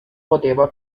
poteva